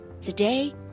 Today